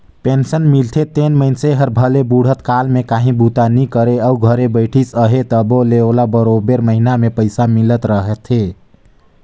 pension मिलथे तेन मइनसे हर भले बुढ़त काल में काहीं बूता नी करे अउ घरे बइठिस अहे तबो ले ओला बरोबेर महिना में पइसा मिलत रहथे